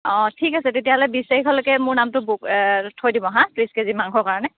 অঁ ঠিক আছে তেতিয়াহ'লে বিশ তাৰিখলৈকে মোৰ নামতো বুক থৈ দিব হাঁ ত্ৰিছ কে জি মাংসৰ কাৰণে